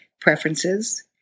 preferences